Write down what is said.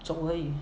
走而已